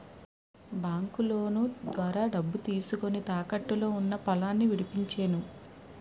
బాంకులోను ద్వారా డబ్బు తీసుకొని, తాకట్టులో ఉన్న పొలాన్ని విడిపించేను